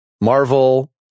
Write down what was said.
Marvel